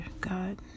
God